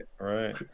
right